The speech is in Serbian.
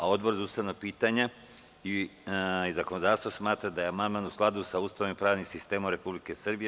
Odbor za ustavna pitanja i zakonodavstvo smatra da je amandman u skladu sa Ustavom i pravnim sistemom Republike Srbije.